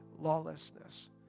lawlessness